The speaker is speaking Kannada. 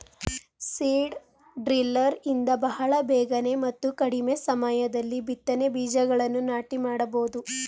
ಸೀಡ್ ಡ್ರಿಲ್ಲರ್ ಇಂದ ಬಹಳ ಬೇಗನೆ ಮತ್ತು ಕಡಿಮೆ ಸಮಯದಲ್ಲಿ ಬಿತ್ತನೆ ಬೀಜಗಳನ್ನು ನಾಟಿ ಮಾಡಬೋದು